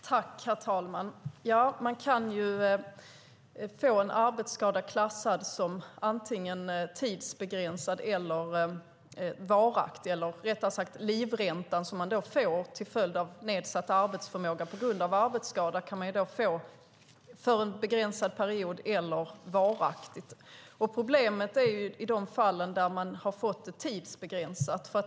Herr talman! Man kan få en arbetsskada klassad som antingen tidsbegränsad eller varaktig. Rättare sagt handlar det om den livränta som ges till följd av nedsatt arbetsförmåga på grund av arbetsskada. Den kan ges under en begränsad period eller varaktigt. Problemet finns i de fall där livräntan ges tidsbegränsat.